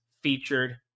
featured